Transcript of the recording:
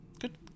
Good